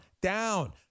Down